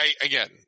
again